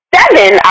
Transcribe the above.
seven